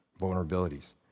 vulnerabilities